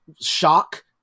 shock